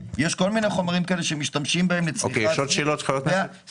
יש עוד חומרים שמשתמשים בהם לצריכה עצמית.